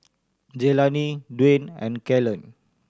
Jelani Dwayne and Kalen